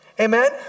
Amen